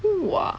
!wah!